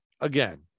again